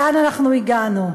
לאן אנחנו הגענו?